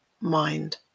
mind